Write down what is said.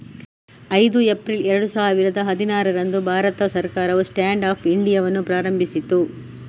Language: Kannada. ಐದು ಏಪ್ರಿಲ್ ಎರಡು ಸಾವಿರದ ಹದಿನಾರರಂದು ಭಾರತ ಸರ್ಕಾರವು ಸ್ಟ್ಯಾಂಡ್ ಅಪ್ ಇಂಡಿಯಾವನ್ನು ಪ್ರಾರಂಭಿಸಿತು